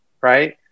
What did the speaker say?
Right